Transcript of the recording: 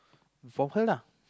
for her lah